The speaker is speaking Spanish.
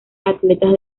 atletas